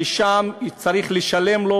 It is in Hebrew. שם צריך לשלם לו,